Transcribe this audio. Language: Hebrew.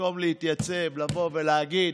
במקום להתייצב, לבוא ולהגיד: